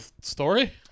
story